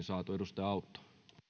saatu edustaja autto